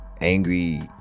angry